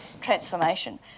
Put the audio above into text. transformation